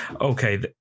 okay